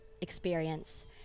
experience